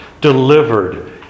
delivered